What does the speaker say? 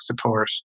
support